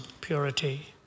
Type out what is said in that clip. purity